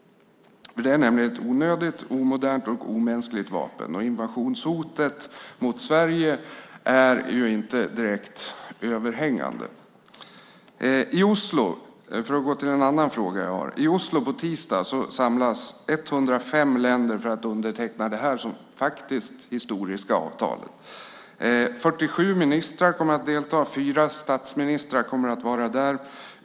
Det är nämligen ett onödigt, omodernt och omänskligt vapen, och invasionshotet mot Sverige är inte direkt överhängande. Låt mig ta upp en annan sak. I Oslo samlas på tisdag 105 länder för att underteckna detta historiska avtal. 47 ministrar kommer att delta. Fyra statsministrar kommer att vara närvarande.